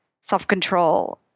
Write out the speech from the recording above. self-control